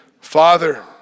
Father